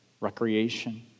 recreation